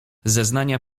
zeznania